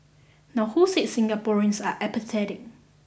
now who said Singaporeans are apathetic